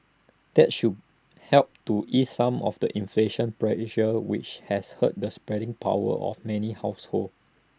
that should help to ease some of the inflation pressure which has hurt the spending power of many households